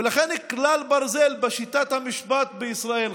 ולכן כלל ברזל בשיטת המשפט בישראל,